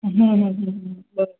હં હં બરોબર